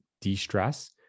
de-stress